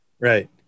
Right